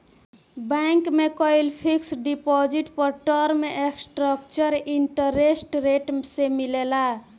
bank में कईल fixed deposit पर टर्म स्ट्रक्चर्ड इंटरेस्ट रेट से मिलेला